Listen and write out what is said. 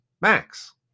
Max